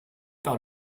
par